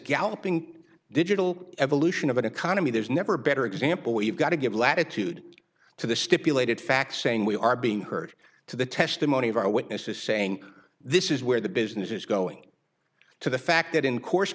galloping digital evolution of an economy there's never a better example where you've got to give latitude to the stipulated facts saying we are being heard to the testimony of our witnesses saying this is where the business is going to the fact that in course